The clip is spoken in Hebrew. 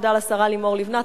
תודה לשרה לימור לבנת,